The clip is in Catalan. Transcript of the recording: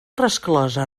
resclosa